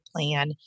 plan